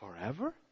forever